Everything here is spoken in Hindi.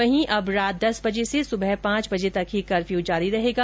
वहीं अब रात दस बजे से सुबह पांच बजे तक ही कर्फ्यू जारी रहेगा